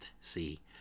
See